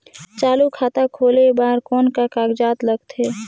चालू खाता खोले बर कौन का कागजात लगथे?